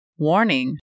Warning